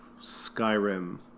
Skyrim